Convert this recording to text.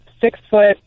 six-foot